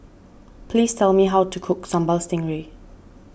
please tell me how to cook Sambal Stingray